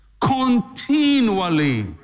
continually